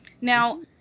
Now